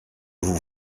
vous